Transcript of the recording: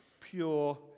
pure